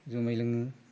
जुमाय लोङो